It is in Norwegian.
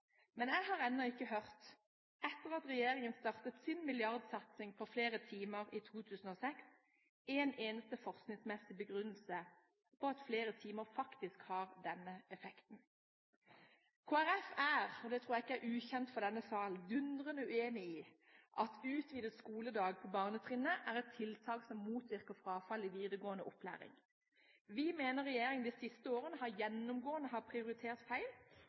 men jeg har ennå ikke hørt, etter at regjeringen startet sin milliardsatsing på flere timer i 2006, en eneste forskningsmessig begrunnelse for at flere timer faktisk har denne effekten. Kristelig Folkeparti er – det tror jeg ikke er ukjent for denne salen – dundrende uenig i at utvidet skoledag på barnetrinnet er et tiltak som motvirker frafall i videregående opplæring. Vi mener regjeringen de siste årene gjennomgående har prioritert feil